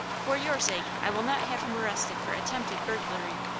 for your sake i will not have him arrested for attempted burglary.